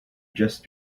just